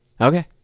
Okay